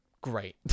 great